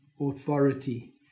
authority